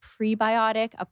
prebiotic